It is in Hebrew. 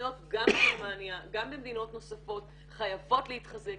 התכניות גם בגרמניה וגם במדינות נוספות חייבות להתחזק.